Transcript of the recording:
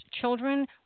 Children